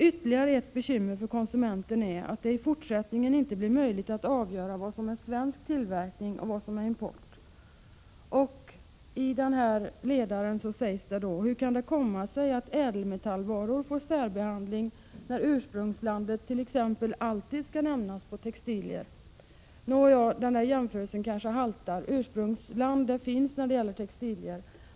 Ytterligare ett bekymmer för konsumenten är, att det i fortsättningen inte blir möjligt att avgöra vad som är svensk tillverkning och vad som är import.” ”Hur kan det komma sig, att ädelmetallvaror får särbehandling, när ursprungslandet exempelvis alltid ska nämnas på textilier?” Nåja, den jämförelsen haltar kanske, eftersom ursprungsland anges när det gäller textilier.